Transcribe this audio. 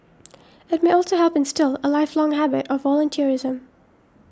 it may also help instil a lifelong habit of volunteerism